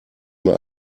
mehr